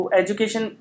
education